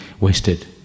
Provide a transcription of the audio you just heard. wasted